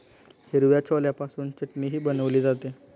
हिरव्या छोल्यापासून चटणीही बनवली जाते